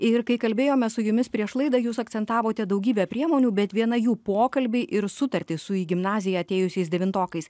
ir kai kalbėjome su jumis prieš laidą jūs akcentavote daugybę priemonių bet viena jų pokalbiai ir sutartys su į gimnaziją atėjusiais devintokais